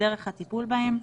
ודרך הטיפול בהם,